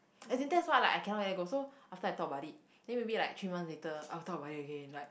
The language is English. as in that's what like I cannot let go so after I talk about it then maybe like three months later I'll talk about it again like